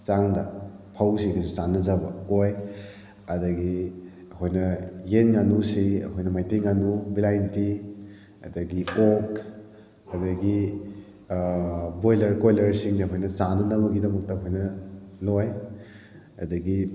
ꯆꯥꯡꯗ ꯐꯧꯁꯤꯒꯁꯨ ꯆꯥꯟꯅꯖꯕ ꯑꯣꯏ ꯑꯗꯒꯤ ꯑꯩꯈꯣꯏꯅ ꯌꯦꯟ ꯉꯥꯅꯨꯁꯤ ꯑꯩꯈꯣꯏꯅ ꯃꯩꯇꯩ ꯉꯥꯅꯨ ꯕꯤꯂꯥꯏꯇꯤ ꯑꯗꯒꯤ ꯑꯣꯛ ꯑꯗꯒꯤ ꯕꯣꯏꯂꯔ ꯀꯣꯏꯂꯔꯁꯤꯡꯁꯦ ꯑꯩꯈꯣꯏꯅ ꯆꯥꯅꯅꯕꯒꯤꯗꯃꯛꯇ ꯑꯩꯈꯣꯏꯅ ꯂꯣꯏ ꯑꯗꯒꯤ